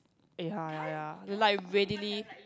eh ya ya ya they like readily